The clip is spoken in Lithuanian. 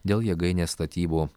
dėl jėgainės statybų